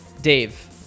Dave